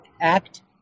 act